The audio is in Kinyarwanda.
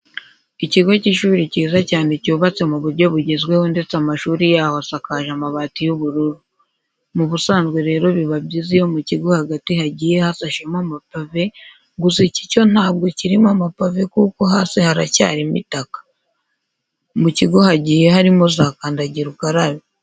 Ikigo cy'ishuri cyiza cyane cyubatse mu buryo bugezweho ndetse amashuri yaho asakajwe amabati y'ubururu. Mu busanzwe rero biba byiza iyo mu kigo hagati hagiye hasashemo amapave, gusa iki cyo ntabwo kirimo amapave kuko hasi haracyarimo itaka. Mu kigo hagiye harimo za kandagira ukarabe.